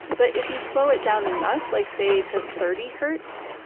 but if you slow it down enough, like say to thirty hertz,